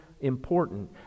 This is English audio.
important